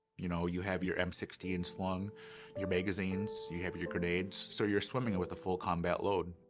you know, you have your m sixteen slung your magazines you have your grenades, so you're swimming with a full combat load.